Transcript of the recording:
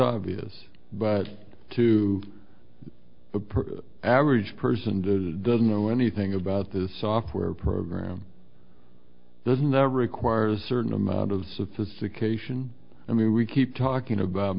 obvious but to the average person who doesn't know anything about this software program doesn't require a certain amount of sophistication i mean we keep talking about